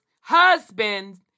husband